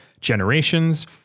Generations